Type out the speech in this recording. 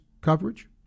coverage